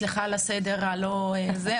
סליחה על הסדר הלא מסודר,